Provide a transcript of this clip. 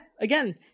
again